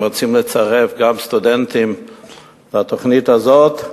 אם רוצים לצרף גם סטודנטים לתוכנית הזאת,